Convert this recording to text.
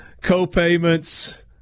co-payments